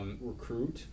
recruit